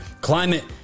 climate